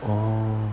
oh